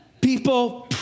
People